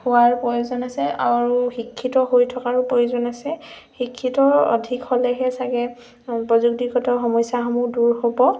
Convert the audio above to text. হোৱাৰ প্ৰয়োজন আছে আৰু শিক্ষিত হৈ থকাৰো প্ৰয়োজন আছে শিক্ষিত অধিক হ'লেহে চাগে প্ৰযুক্তিগত সমস্যাসমূহ দূৰ হ'ব